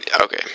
okay